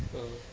uh